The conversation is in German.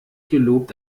gelobt